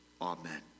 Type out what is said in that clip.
Amen